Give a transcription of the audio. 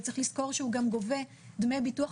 אבל צריך לזכור שהוא גם גובה דמי ביטוח